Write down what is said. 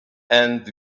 and